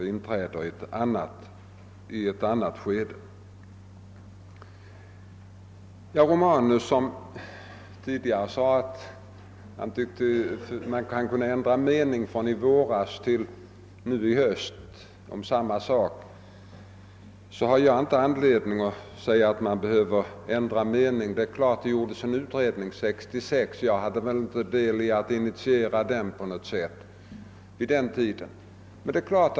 Herr Romanus sade tidigare att han tyckte att man kunde ändra mening från i våras. Jag har ingen anledning att säga att man behöver göra det. År 1966 företogs en utredning. Jag var vid den tidpunkten inte på något sätt med om att ta initiativ till denna.